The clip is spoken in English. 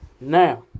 Now